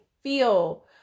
feel